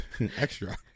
Extra